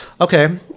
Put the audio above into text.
okay